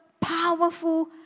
powerful